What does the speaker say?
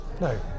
No